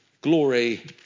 glory